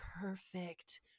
perfect